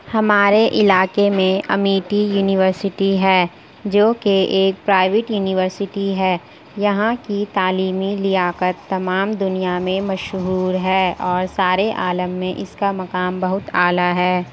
ہمارے علاقے میں امیٹھی یونیورسٹی ہے جو کہ ایک پرائیویٹ یونیورسٹی ہے یہاں کی تعلیمی لیاقت تمام دنیا میں مشہور ہے اور سارے عالم میں اس کا مقام بہت اعلیٰ ہے